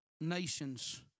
nations